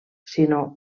sinó